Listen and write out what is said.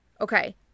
Okay